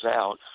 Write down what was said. out